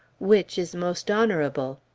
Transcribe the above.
which is most honorable?